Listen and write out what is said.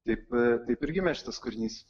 taip taip ir gimė šis kūrinys